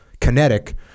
kinetic